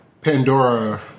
Pandora